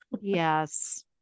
yes